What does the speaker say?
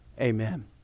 Amen